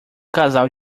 casal